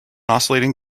oscillating